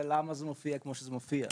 למה זה מופיע כמו שזה מופיע,